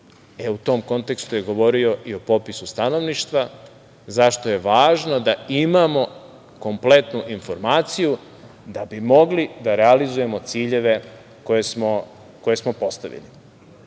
U tom kontekstu je govorio i o popisu stanovništva – zašto je važno da imamo kompletnu informaciju da bi mogli da realizujemo ciljeve koje smo postavili? Da